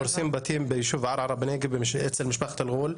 והורסים בתים ביישוב ערערה בנגב אצל משפחת אלעול.